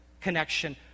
connection